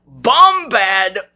Bombad